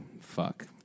fuck